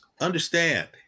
understand